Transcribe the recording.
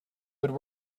would